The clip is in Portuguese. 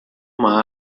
uma